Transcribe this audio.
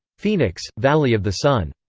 phoenix, valley of the sun.